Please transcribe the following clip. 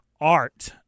art